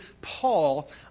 Paul